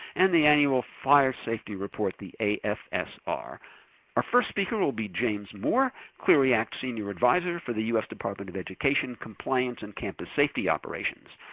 and the annual fire safety report, the afsr. our first speaker will be james moore, clery act senior advisor for the us department of education compliance and campus safety operations.